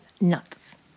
nuts